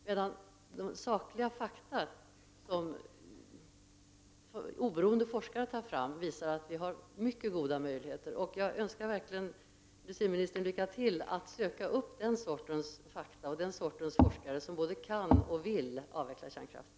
Men sakliga fakta som oberoende forskare tar fram visar att det finns mycket goda möjligheter att ersätta kärnkraften. Jag önskar verkligen industriministern lycka till när det gäller att söka upp den sortens fakta och den sortens forskare som både kan och vill avveckla kärnkraften.